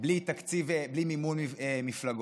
בלי מימון מפלגות.